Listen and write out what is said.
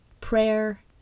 prayer